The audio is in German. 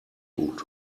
gut